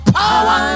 power